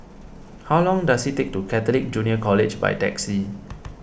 how long does it take to get to Catholic Junior College by taxi